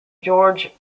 george